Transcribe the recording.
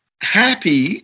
Happy